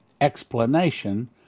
explanation